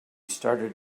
started